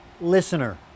listener